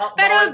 pero